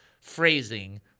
phrasing